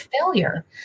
failure